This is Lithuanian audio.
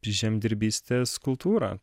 žemdirbystės kultūrą